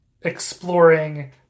exploring